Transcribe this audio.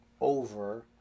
over